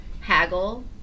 haggle